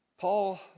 Paul